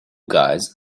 guys